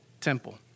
temple